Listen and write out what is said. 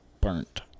burnt